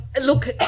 Look